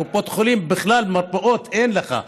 קופות חולים, מרפאות, בכלל אין לך.